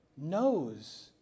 knows